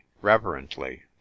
reverently